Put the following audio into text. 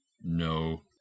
No